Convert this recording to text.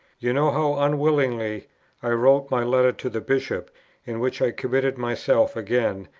you know how unwillingly i wrote my letter to the bishop in which i committed myself again,